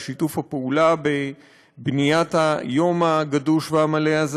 על שיתוף הפעולה בבניית היום המלא והגדוש הזה,